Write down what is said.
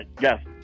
yes